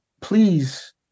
please